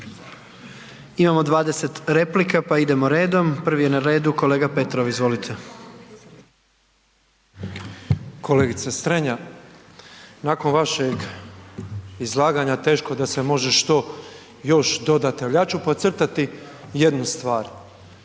Imamo 20 replika, pa idemo redom. Prvi je na redu kolega Petrov. Izvolite. **Petrov, Božo (MOST)** Kolegice Strenja, nakon vašeg izlaganja teško da se može što još dodati, ali ja ću podcrtati jednu stvar.